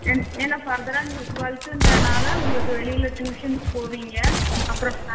என் ஏன்னா ஃபர்தராக நீங்கள் ட்வெல்த்துன்றதனால உங்களுக்கு வெளியில டியூஷன்ஸ் போவீங்க அப்புறம் ப